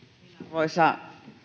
arvoisa